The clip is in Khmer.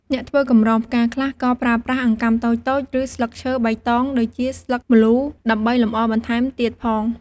អ្នកធ្វើកម្រងផ្កាខ្លះ ក៏ប្រើប្រាស់អង្កាំតូចៗ ឬស្លឹកឈើបៃតងដូចជាស្លឹកម្លូ ដើម្បីលម្អបន្ថែមទៀតផង។